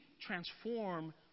transform